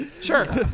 Sure